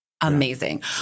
Amazing